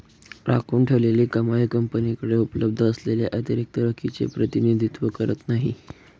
राखून ठेवलेली कमाई कंपनीकडे उपलब्ध असलेल्या अतिरिक्त रोखीचे प्रतिनिधित्व करत नाही